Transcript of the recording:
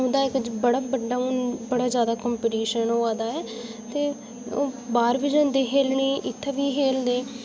बाकी उंदा इक बड़ा बड्डा कॉम्पीटिशन होआ दा ऐ ते ओह् बाह्र बी जंदे खेढने गी ते इत्थै बी खेढदे